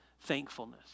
thankfulness